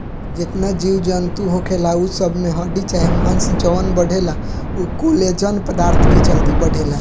जेतना जीव जनतू होखेला उ सब में हड्डी चाहे मांस जवन बढ़ेला उ कोलेजन पदार्थ के चलते बढ़ेला